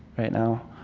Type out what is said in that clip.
right now.